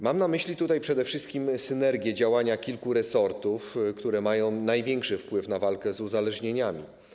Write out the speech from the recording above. Mam na myśli tutaj przede wszystkim synergię działania kilku resortów, które mają największy wpływ na walkę z uzależnieniami.